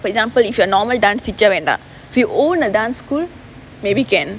for example if you're a normal dance teacher வேண்டா:vendaa if you own a dance school maybe can